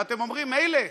ואתם אומרים: מילא,